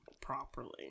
properly